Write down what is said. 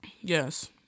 yes